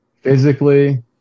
Physically